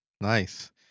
Nice